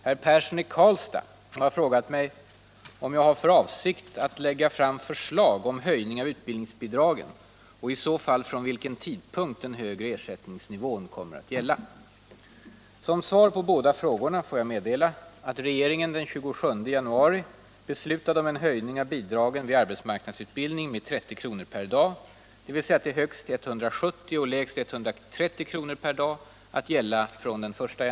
Herr Persson i Karlstad har frågat mig, om jag har för avsikt att lägga fram förslag om höjning av utbildningsbidragen och i så fall från vilken tidpunkt den högre ersättningsnivån kommer att gälla.